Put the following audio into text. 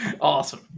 Awesome